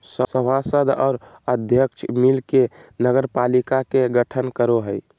सभासद और अध्यक्ष मिल के नगरपालिका के गठन करो हइ